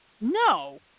No